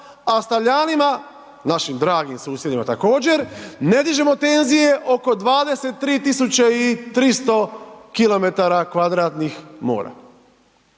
a s Talijanima, našim dragim susjedima također ne dižemo tenzije oko 23 300 km2 mora,